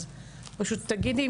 אז פשוט תגידי,